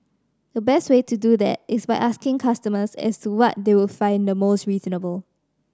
the best way to do that is by asking customers as to what they would find the most reasonable